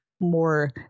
More